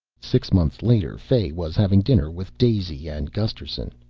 six months later fay was having dinner with daisy and gusterson.